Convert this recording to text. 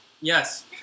Yes